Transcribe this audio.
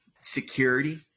security